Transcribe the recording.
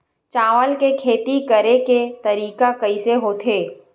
चावल के खेती करेके तरीका कइसे होथे?